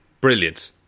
Brilliant